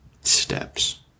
steps